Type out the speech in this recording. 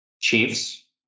Chiefs